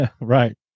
right